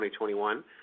2021